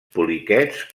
poliquets